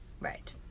Right